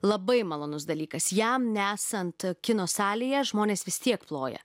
labai malonus dalykas jam nesant kino salėje žmonės vis tiek ploja